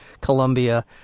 Colombia